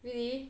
really